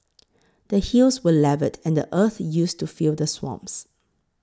the hills were levelled and the earth used to fill the swamps